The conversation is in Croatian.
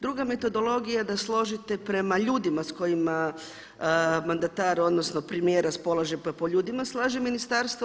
Druga metodologija je da složite prema ljudima sa kojima mandatar, odnosno premijer raspolaže pa po ljudima slaže ministarstva.